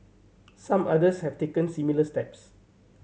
some others have taken similar steps